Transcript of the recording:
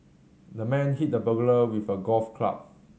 the man hit the burglar with a golf club